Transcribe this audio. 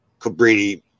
Cabrini